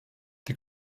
die